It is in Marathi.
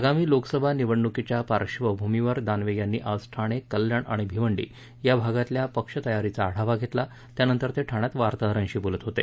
आगामी लोकसभा निवडणुकीच्या पार्श्वभूमीवर दानवे यांनी आज ठाणे कल्याण आणि भिवंडी या भागातल्या पक्ष तयारीचा आढावा घेतला त्यानंतर ते ठाण्यात वार्ताहरांशी बोलत होते